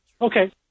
Okay